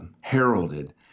heralded